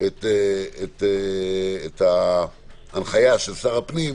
את ההנחיה של שר הפנים,